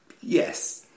Yes